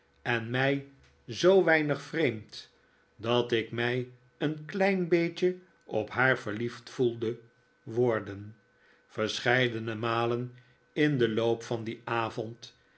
en mij zoo weinig vreemd dat ik mij een klein beetje op haar verliefd voelde worden verscheidene malen in den loop van dien avond